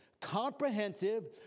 comprehensive